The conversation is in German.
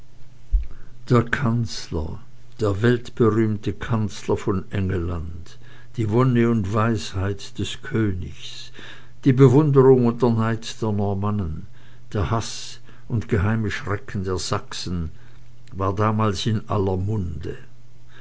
der kanzler der weltberühmte kanzler von engelland die wonne und weisheit des königs die bewunderung und der neid der normannen der haß und geheime schrecken der sachsen war damals in aller munde